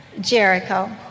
Jericho